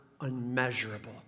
unmeasurable